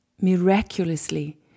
miraculously